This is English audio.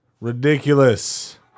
Ridiculous